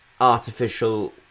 artificial